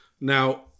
Now